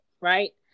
right